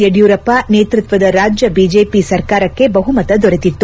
ಯಡಿಯೂರಪ್ಪ ನೇತೃತ್ವದ ರಾಜ್ಯ ಬಿಜೆಪಿ ಸರ್ಕಾರಕ್ಕೆ ಬಹುಮತ ದೊರೆತಿತ್ತು